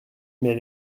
met